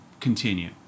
continue